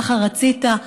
ככה רצית?